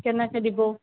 কেনেকৈ দিব